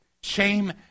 shame